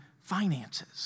finances